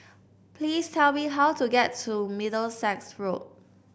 please tell me how to get to Middlesex Road